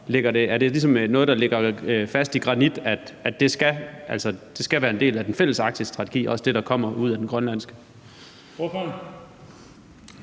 er det ligesom noget, der ligger hugget fast i granit, at det skal være en del af den fælles arktiske strategi, også det, der kommer ud af den grønlandske?